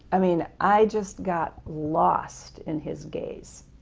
i mean i just got lost in his gaze.